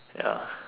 ya